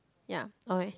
ya okay